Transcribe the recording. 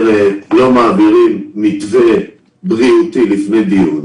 לא מעבירים מתווה בריאותי לפני דיון.